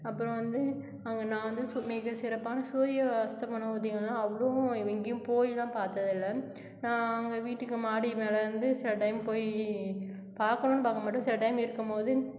அப்புறம் வந்து அங்கே நான் வந்து சு மிகச்சிறப்பான சூரிய அஸ்தமனம் உதயலாம் அவ்வளோவும் எங்கேயும் போயெலாம் பார்த்ததில்ல நான் அங்கே வீட்டுக்கு மாடி மேலே வந்து சில டைம் போய் பார்க்கணும்ன் பார்க்க மாட்டேன் சில டைம் நிற்கும் போது